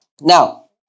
now